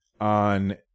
on